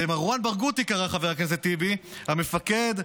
למרואן ברגותי קרא חבר הכנסת טיבי: המפקד,